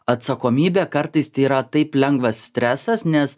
atsakomybė kartais tai yra taip lengvas stresas nes